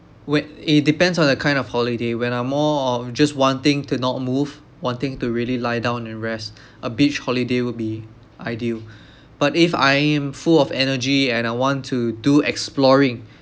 when it depends on the kind of holiday when I'm more or just wanting to not move wanting to really lie down and rest a beach holiday would be ideal but if I am full of energy and I want to do exploring